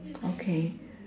okay